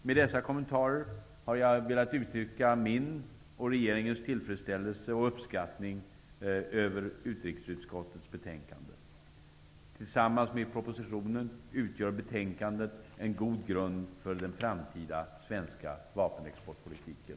Med dessa kommentarer har jag velat uttrycka min och regeringens tillfredsställelse över och uppskattning av utrikesutskottets betänkande. Tillsammans med propositionen utgör betänkandet en god grund för den framtida svenska vapenexportpolitiken.